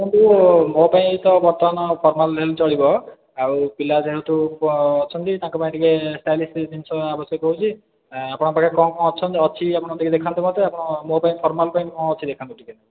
ଦେଖନ୍ତୁ ମୋ ପାଇଁ ତ ବର୍ତ୍ତମାନ ଫର୍ମାଲ୍ ହେଲେ ଚଳିବ ଆଉ ପିଲା ଯେହେତୁ ଅଛନ୍ତି ତାଙ୍କ ପାଇଁ ଟିକେ ଷ୍ଟାଇଲିସ୍ ଜିନିଷ ଆବଶ୍ୟକ ହେଉଛି ଆପଣଙ୍କ ପାଖରେ କ'ଣ କ'ଣ ଅଛନ୍ତି ଅଛି ଆପଣ ଟିକେ ଦେଖାନ୍ତୁ ମୋତେ ଆପଣ ମୋ ପାଇଁ ଫର୍ମାଲ୍ ପାଇଁ କ'ଣ ଅଛି ଦେଖାନ୍ତୁ ଟିକେ